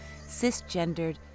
cisgendered